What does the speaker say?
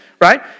right